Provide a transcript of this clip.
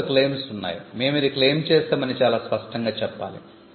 చివరకు క్లెయిమ్స్ ఉన్నాయి మేము ఇది క్లెయిమ్ చేసాము అని చాలా స్పష్టంగా చెప్పాలి